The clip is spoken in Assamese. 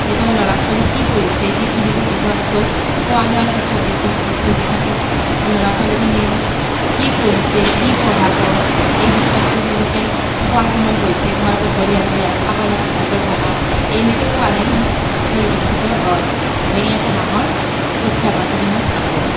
এইফালে ল'ৰা ছোৱালী কি পঢ়িছে সেইটো বিষয়তকৈ খোৱা লোৱাৰ ক্ষেত্ৰত বেছি গুৰুত্ব দিয়ে আনকি ল'ৰা ছোৱালীখিনি কি পঢ়িছে কি পঢ়াব এই বিষয়তকৈ তেওঁলোকে খোৱাৰ সময় হৈছে তোমালোকে ভৰি হাত ধুই আহাঁ খাব লাগে ভালকৈ বহাঁ এনেকৈ কোৱাহে পৰিলক্ষিত হয় এয়ে এটা ডাঙৰ প্ৰত্যাহ্বান বুলি মই ভাবোঁ